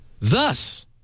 Thus